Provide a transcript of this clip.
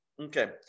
Okay